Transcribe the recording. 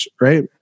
right